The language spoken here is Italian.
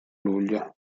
luglio